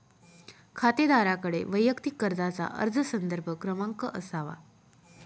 खातेदाराकडे वैयक्तिक कर्जाचा अर्ज संदर्भ क्रमांक असावा